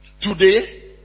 Today